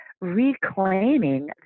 reclaiming